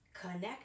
connect